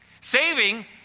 saving